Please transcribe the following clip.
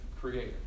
creator